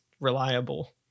reliable